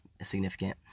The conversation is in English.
significant